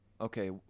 Okay